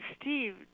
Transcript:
Steve